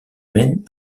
mène